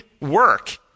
work